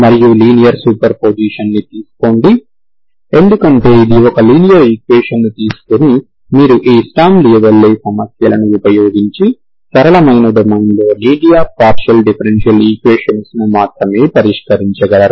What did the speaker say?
మరియు లీనియర్ సూపర్పొజిషన్ని తీసుకోండి ఎందుకంటే ఇది ఒక లీనియర్ ఈక్వేషన్ ను తీసుకొని మీరు ఈ స్టర్మ్ లియోవిల్లే సమస్యలను ఉపయోగించి సరళమైన డొమైన్లో లీనియర్ పార్షియల్ డిఫరెన్షియల్ ఈక్వేషన్స్ ను మాత్రమే పరిష్కరించగలరు